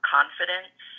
Confidence